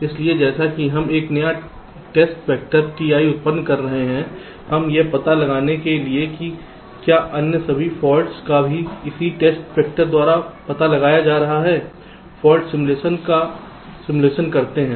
इसलिए जैसा कि हम एक नया टेस्ट वेक्टर Ti उत्पन्न कर रहे हैं हम तुरंत यह पता लगाने के लिए कि क्या अन्य सभी फॉल्ट्स का भी इसी टेस्ट वेक्टर द्वारा पता लगाया जा रहा हैफॉल्ट सिमुलेशन का अनुकरण करते हैं